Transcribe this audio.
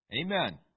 Amen